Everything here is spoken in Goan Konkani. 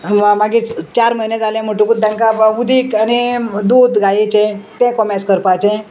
मागीर चार म्हयने जाले म्हणटकूच तेंकां उदीक आनी दूद गायेचें तें कोमेस करपाचें